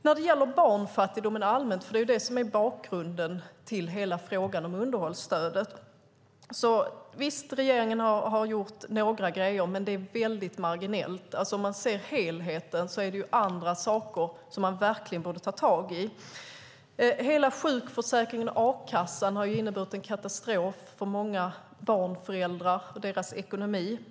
När det gäller barnfattigdomen allmänt - det är nämligen det som är bakgrunden till hela frågan om underhållsstödet - har regeringen gjort några grejer, men det är väldigt marginellt. När det gäller helheten är det andra saker man verkligen borde ta tag i. Sjukförsäkringen och a-kassan har inneburit en katastrof för många barn och föräldrar och deras ekonomi.